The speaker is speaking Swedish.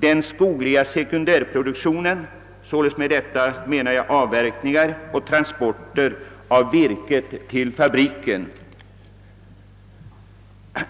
den skogliga sekundärproduktionen, varmed jag avser avverkningar och transporter av virket till fabriken.